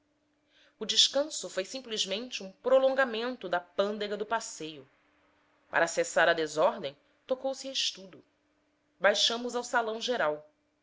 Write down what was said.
o descanso foi simplesmente um prolongamento da pândega do passeio para cessar a desordem tocou se a estudo baixamos ao salão geral